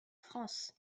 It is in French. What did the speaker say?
france